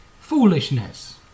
foolishness